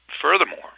Furthermore